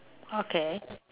okay